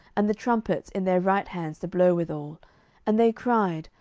and the trumpets in their right hands to blow withal and they cried,